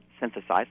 synthesized